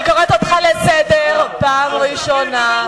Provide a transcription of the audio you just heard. אני קוראת אותך לסדר פעם ראשונה.